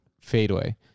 fadeaway